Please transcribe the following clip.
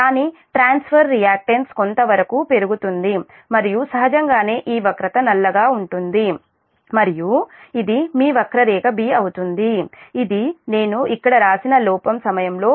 దాని transfer reactance కొంతవరకు పెరుగుతుంది మరియు సహజంగానే ఈ వక్రత నల్లగా ఉంటుంది మరియు ఇది మీ వక్రరేఖ 'B' అవుతుంది ఇది నేను ఇక్కడ వ్రాసిన లోపం సమయంలో